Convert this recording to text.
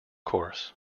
course